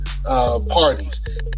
Parties